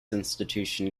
institution